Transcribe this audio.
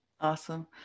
Awesome